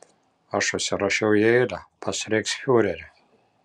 aš užsirašiau į eilę pas reichsfiurerį